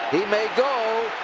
he may go.